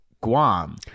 Guam